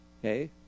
Okay